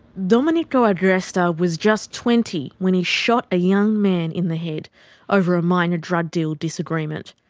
domenico agresta was just twenty when he shot a young man in the head over a minor drug deal disagreement.